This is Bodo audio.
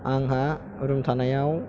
आंहा रुम थानायाव